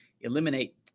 eliminate